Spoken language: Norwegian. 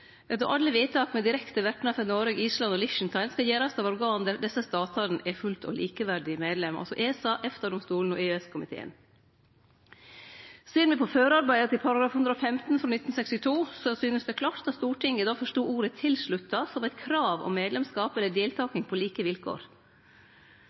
då alle vedtak med direkte verknad for Noreg, Island og Liechtenstein skal gjerast av organ der desse statane er fullt og likeverdig medlem – ESA, EFTA-domstolen og EØS-komiteen. Ser me på førearbeida til § 115 frå 1962, synest det klart at Stortinget då forstod ordet «tilsluttet» som eit krav om medlemskap eller